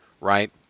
right